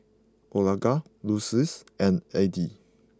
Olga Lucille and Eddie